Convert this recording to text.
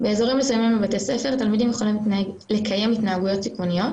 באזורים מסוימים בבתי ספר תלמידים יכולים לקיים התנהגויות סיכוניות